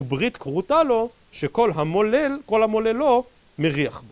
ברית כרותה לו שכל המולל, כל המוללו מריח בו